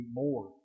more